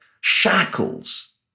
shackles